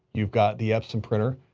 you've got the epson printer,